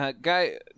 guy